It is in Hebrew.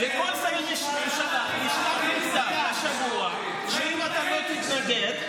לכל שרי הממשלה נשלח מכתב השבוע שאם אתה לא תתנגד,